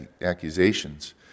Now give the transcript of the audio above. accusations